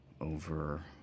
over